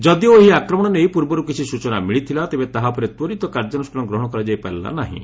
ଯଦିଓ ଏହି ଆକ୍ରମଣ ନେଇ ପୂର୍ବରୁ କିଛି ସୂଚନା ମିଳିଥିଲା ତେବେ ତାହା ଉପରେ ତ୍ୱରିତ କାର୍ଯ୍ୟାନୁଷ୍ଠାନ ଗ୍ରହଣ କରାଯାଇପାରିଲା ନାହିଁ